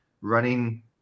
running